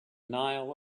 nile